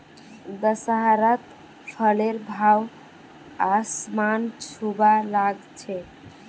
दशहरात फलेर भाव आसमान छूबा ला ग छेक